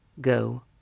Go